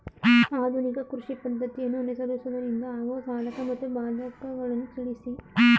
ಆಧುನಿಕ ಕೃಷಿ ಪದ್ದತಿಯನ್ನು ಅನುಸರಿಸುವುದರಿಂದ ಆಗುವ ಸಾಧಕ ಮತ್ತು ಬಾಧಕಗಳನ್ನು ತಿಳಿಸಿ?